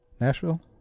Nashville